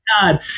God